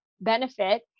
benefit